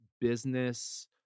business